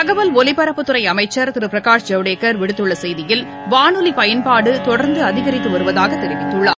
தகவல் ஒலிபரப்புத்துறை அமைச்ச் திரு பிரகாஷ் ஜவடேக்கர் விடுத்துள்ள செய்தியில் வானொலி பயன்பாடு தொடர்ந்து அதிகரித்து வருவதாக கூறியுள்ளார்